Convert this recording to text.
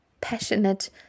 passionate